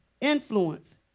influence